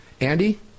Andy